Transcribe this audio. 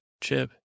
Chip